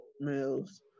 males